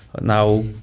now